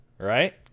right